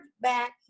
back